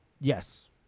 Yes